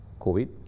COVID